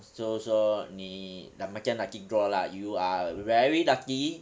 so 说你 like macam lucky draw lah you are very lucky